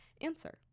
answer